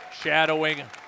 shadowing